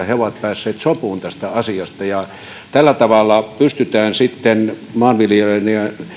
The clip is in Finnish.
he ovat päässeet sopuun tästä asiasta tällä tavalla pystytään sitten maanviljelijöiden